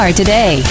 today